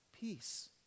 peace